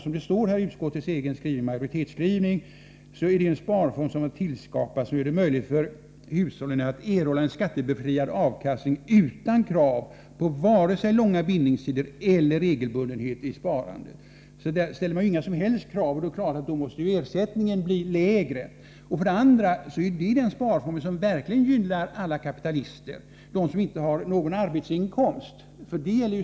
Som det står i utskottets majoritetsskrivning är allemanssparandet en sparform som har ”tillskapats som gör det möjligt för hushållen att erhålla en skattebefriad avkastning utan krav på vare sig långa bindningstider eller regelbundenhet i sparandet”. Det ställs inga som helst krav, och det är klart att ersättningen då blir lägre. Dessutom blir det en sparform som verkligen gynnar alla kapitalister, dem som inte har någon arbetsinkomst.